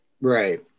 right